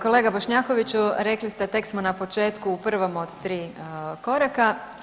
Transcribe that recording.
Kolega Bošnjakoviću rekli ste tek smo na početku prvom od 3 koraka.